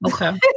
okay